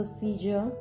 procedure